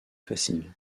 facile